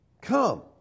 come